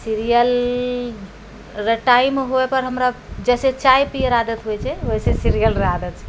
serial अगर time हुअए पर हमरा जइसे चाय पिएरऽ आदत होइ छै वइसे सीरियलरऽ आदत छै